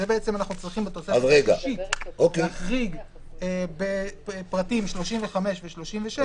את זה אנחנו צריכים בתוספת השישית להחריג פרטים (35) ו-36).